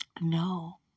No